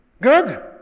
Good